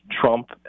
Trump